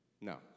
No